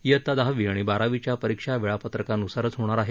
इयत्ता दहावी आणि बारावीच्या परीक्षा वेळापत्रकान्सारच होणार आहेत